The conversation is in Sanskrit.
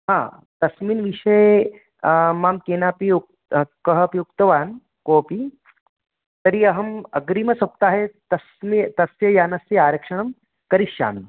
हा तस्मिन् विषये मां केनापि उक् कः अपि उक्तवान् कोपि तर्हि अहम् अग्रिमसप्ताहे तस्मै तस्य यानस्य आरक्षणं करिष्यामि